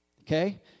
okay